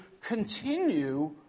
continue